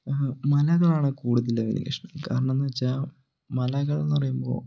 മലകളാണ് കൂടുതൽ വലിയ ഇഷ്ടം കാരണം എന്നു വച്ചാൽ മലകൾ എന്നു പറയുമ്പോൾ